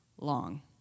long